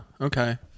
Okay